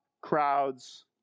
crowds